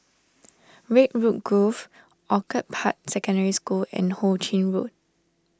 Redwood Grove Orchid Park Secondary School and Ho Ching Road